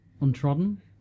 Untrodden